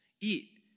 eat